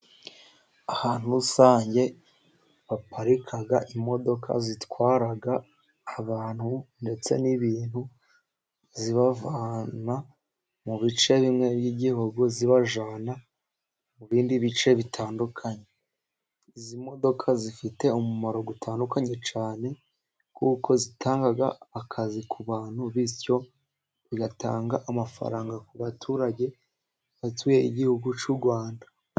Ahantu rusange haparika imodoka zitwara abantu ndetse n'ibintu, zibavana mu bice bimwe by'igihugu zibajyana mu bindi bice bitandukanye, izi modoka zifite umumaro utandukanye cyane, kuko zitanga akazi ku bantu, bityo bigatanga amafaranga ku baturage batuye igihugu cy'u Rwanda.